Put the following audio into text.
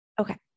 Okay